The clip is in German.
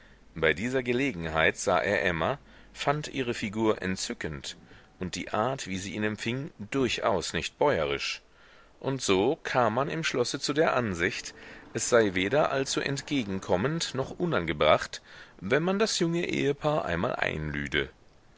bei dieser gelegenheit sah er emma fand ihre figur entzückend und die art wie sie ihn empfing durchaus nicht bäuerisch und so kam man im schlosse zu der ansicht es sei weder allzu entgegenkommend noch unangebracht wenn man das junge ehepaar einmal einlüde